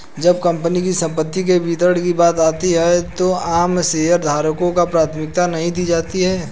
जब कंपनी की संपत्ति के वितरण की बात आती है तो आम शेयरधारकों को प्राथमिकता नहीं दी जाती है